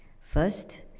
First